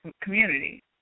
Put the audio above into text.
community